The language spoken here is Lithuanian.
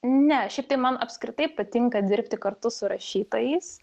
ne šiaip tai man apskritai patinka dirbti kartu su rašytojais